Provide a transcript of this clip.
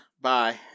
bye